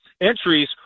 entries